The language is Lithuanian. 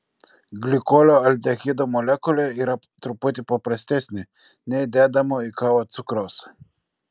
glikolio aldehido molekulė yra truputį paprastesnė nei dedamo į kavą cukraus